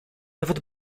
nawet